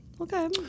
Okay